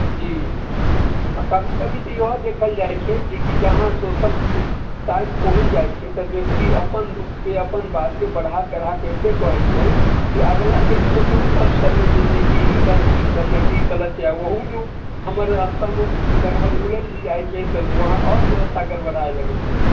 जी जी आ कभी कभी तऽ इहो देखल जाइ छै जे कि जहाॅं सोसल साइट पहुँच जाइ छै तऽ व्यक्ति अपन दुःख के अपन बात के बढ़ा चढ़ा के से कहै छै जे अगला के सोचहु के अवसर नहि दै छै कि हिनकर की सही आ की गलत ओहू मे हमर स्तंभ लगभग उलैझ जाइ छै तऽ उहाॅं आओर व्यवस्था गड़बड़ा लागैय छै